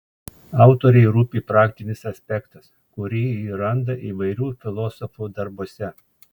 autorei rūpi praktinis aspektas kurį ji randa įvairių filosofų darbuose